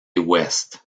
ouest